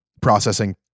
processing